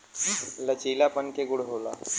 लचीलापन के गुण होला